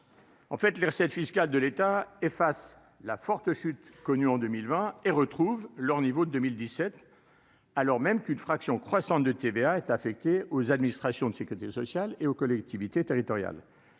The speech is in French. En fait, les recettes fiscales de l'État efface la forte chute, connu en 2020 et retrouvent leur niveau de 2017 alors même qu'une fraction croissante de TVA est affecté aux administrations de Sécurité sociale et aux collectivités territoriales